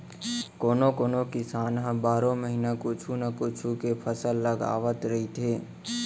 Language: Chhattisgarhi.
कोनो कोनो किसान ह बारो महिना कुछू न कुछू के फसल लगावत रहिथे